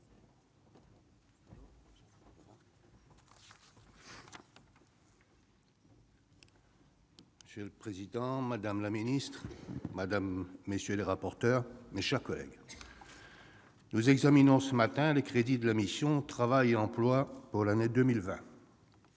Monsieur le président, madame la ministre, mes chers collègues, nous examinons ce matin les crédits de la mission « Travail et Emploi » pour l'année 2020.